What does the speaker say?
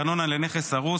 ארנונה לנכס הרוס,